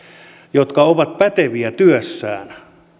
jotka ovat päteviä työssään